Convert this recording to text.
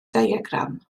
diagram